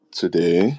today